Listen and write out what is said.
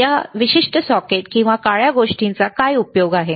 या विशिष्ट सॉकेट किंवा काळ्या गोष्टीसाठी काय उपयोग आहे